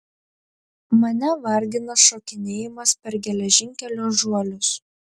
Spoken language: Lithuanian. mane vargina šokinėjimas per geležinkelio žuolius